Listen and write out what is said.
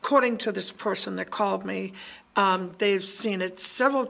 according to this person that called me they've seen it several